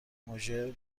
مژر